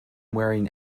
wearing